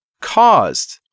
caused